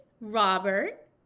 Robert